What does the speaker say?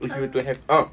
if you were to have ah